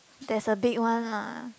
there's a big one lah